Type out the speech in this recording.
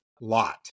lot